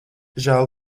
žēl